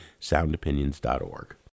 soundopinions.org